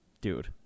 Dude